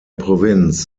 provinz